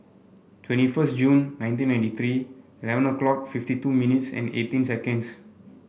twenty first June nineteen ninety three eleven o'clock fifty two minutes and eighteen seconds